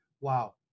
Wow